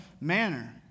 manner